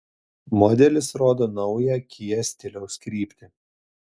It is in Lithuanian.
modelis rodo naują kia stiliaus kryptį